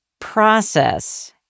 process